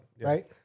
right